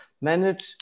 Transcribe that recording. manage